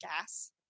gas